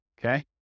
Okay